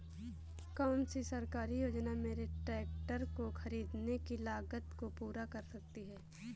कौन सी सरकारी योजना मेरे ट्रैक्टर को ख़रीदने की लागत को पूरा कर सकती है?